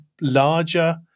larger